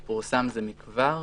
הוא פורסם זה מכבר,